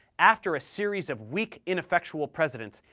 after a series of weak, ineffectual presidents,